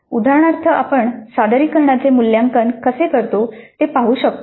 उदाहरणार्थ आपण सादरीकरणाचे मूल्यांकन कसे करतो ते पाहू शकतो